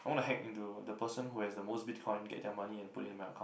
I want to hack into the person who has the most Bitcoin get their money and put in my account